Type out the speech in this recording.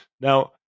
Now